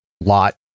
lot